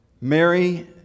Mary